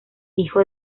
hijo